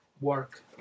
work